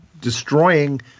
destroying